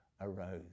arose